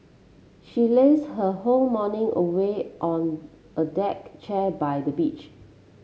she lazed her whole morning away on a deck chair by the beach